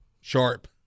sharp